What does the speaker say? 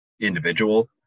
individual